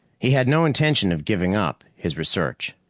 he had no intention of giving up his research.